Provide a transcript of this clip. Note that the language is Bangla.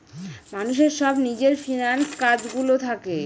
মানুষের সব নিজের ফিন্যান্স কাজ গুলো থাকে